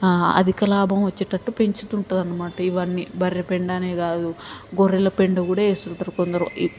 అధిక లాభం వచ్చేటట్టు పెంచుతుంటది అనమాట ఇవన్నీ బర్రె పెండ అనే కాదు గొర్రెల పెండ కూడా వేస్తుంటారు కొందరు